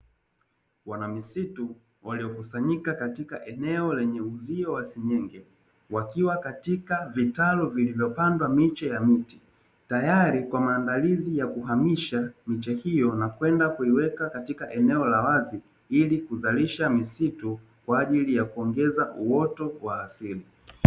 Wanamisitu walio kusanyika katika eneo lenye uzio wa senyenge. Wakiwa katika vitalu vilivyopandwa miche ya miti, tayari kwa maandalizi ya kuhamisha miche hiyo na kwenda kuiweka kaika eneo la wazi ili kuzalisha misitu, kwaajili ya kuzalisha uoto wa asili.